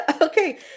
okay